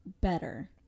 better